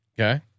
Okay